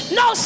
no